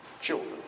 children